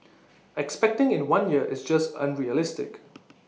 expecting in one year is just unrealistic